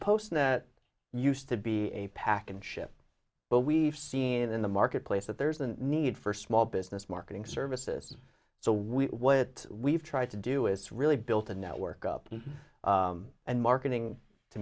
poster that used to be a pack and ship but we've seen in the marketplace that there's a need for small business marketing services so we what we've tried to do is really built a network up and marketing to